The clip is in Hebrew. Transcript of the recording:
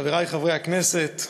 חברי חברי הכנסת,